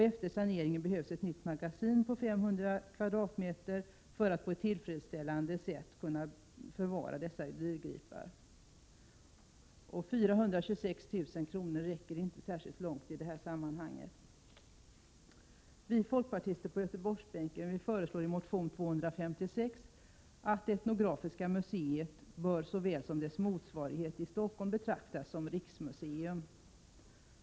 Efter saneringen behövs ett nytt magasin på 500 m?, för att man på ett tillfredsställande sätt skall kunna förvara dessa dyrgripar. 426 000 kr. räcker inte särskilt långt i detta sammanhang. Vi folkpartister på Göteborgsbänken föreslår i motion 256 att Etnografiska museet bör, såväl som dess motsvarighet i Stockholm, betraktas som riksmuseum.